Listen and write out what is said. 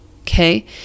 okay